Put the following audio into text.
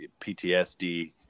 ptsd